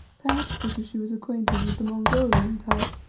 perhaps because she was acquainted with the mongolian type,